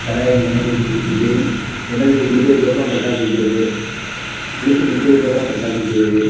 தலை கி எண்ணெய் தேய்ச்சி குளிச்சிட்டு எண்ணெய் தேய்ச்சி குளித்ததுக்கப்புறம் பட்டாசு வைக்கிறது குளித்து முடித்ததுக்கப்புறம் பட்டாசு வைக்கிறது